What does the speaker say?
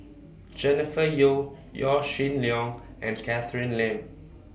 Jennifer Yeo Yaw Shin Leong and Catherine Lim